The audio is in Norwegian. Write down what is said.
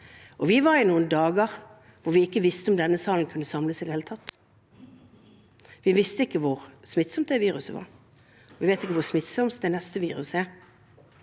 Det var noen dager da vi ikke visste om denne salen kunne samles i det hele tatt. Vi visste ikke hvor smittsomt viruset var. Vi vet ikke hvor smittsomt det neste viruset er.